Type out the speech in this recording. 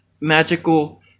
magical